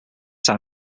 time